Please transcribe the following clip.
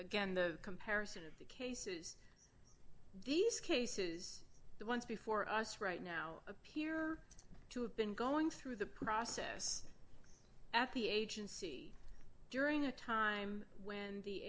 again the comparison of the cases these cases the ones before us right now appear to have been going through the process at the agency during a time when the